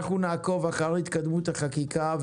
אנחנו נעקוב אחר התקדמות החקיקה,